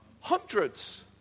Hundreds